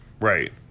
Right